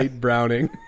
browning